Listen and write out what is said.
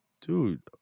dude